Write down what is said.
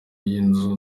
y’inzu